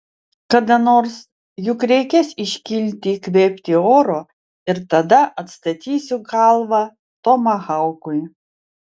kada nors juk reikės iškilti įkvėpti oro ir tada atstatysiu galvą tomahaukui